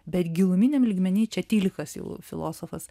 bet giluminiam lygmeny čia tylikas jau filosofas